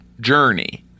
journey